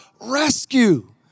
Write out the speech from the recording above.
rescue